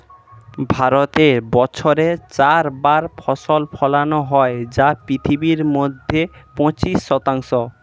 ভারতে বছরে চার বার ফসল ফলানো হয় যা পৃথিবীর মধ্যে পঁচিশ শতাংশ